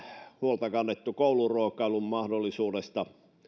huolta kannettu kouluruokailun mahdollisuudesta